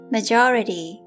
Majority